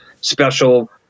special